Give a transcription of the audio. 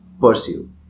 pursue